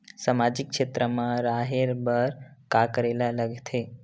सामाजिक क्षेत्र मा रा हे बार का करे ला लग थे